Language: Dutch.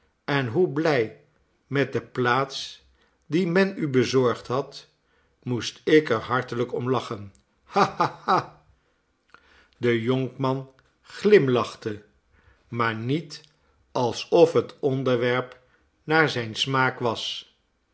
en hoe blij met de plaats die men u bezorgd had moest ik er hartelijk om lachen ha ha ha de jonkman glimlachte maar niet alsof het onderwerp naar zijn smaak was